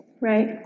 right